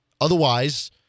Otherwise